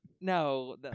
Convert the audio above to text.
No